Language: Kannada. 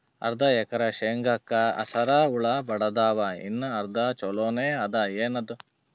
ಅರ್ಧ ಎಕರಿ ಶೇಂಗಾಕ ಹಸರ ಹುಳ ಬಡದಾವ, ಇನ್ನಾ ಅರ್ಧ ಛೊಲೋನೆ ಅದ, ಏನದು?